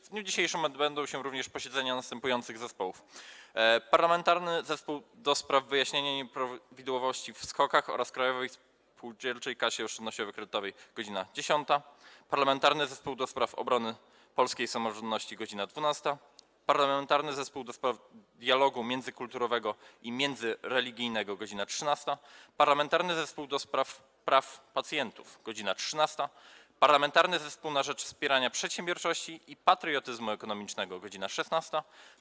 W dniu dzisiejszym odbędą się również posiedzenia następujących zespołów: - Parlamentarnego Zespołu ds. wyjaśnienia nieprawidłowości w spółdzielczych kasach oszczędnościowo-kredytowych oraz Krajowej Spółdzielczej Kasie Oszczędnościowo-Kredytowej - godz. 10, - Parlamentarnego Zespołu ds. Obrony Polskiej Samorządności - godz. 12, - Parlamentarnego Zespołu ds. Dialogu Międzykulturowego i Międzyreligijnego - godz. 13, - Parlamentarnego Zespołu ds. Praw Pacjentów - godz. 13, - Parlamentarnego Zespołu na rzecz Wspierania Przedsiębiorczości i Patriotyzmu Ekonomicznego - godz. 16,